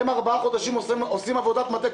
הם כבר ארבעה חודשים עושים עבודת מטה,